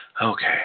Okay